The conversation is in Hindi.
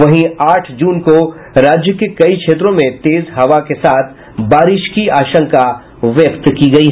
वहीं आठ ज्रन को राज्य के कई क्षेत्रों में तेज हवा के साथ बारिश की आशंका व्यक्त की गयी